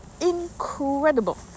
incredible